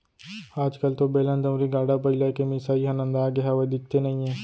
आज कल तो बेलन, दउंरी, गाड़ा बइला के मिसाई ह नंदागे हावय, दिखते नइये